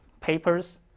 papers